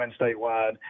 statewide